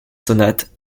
sonates